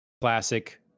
classic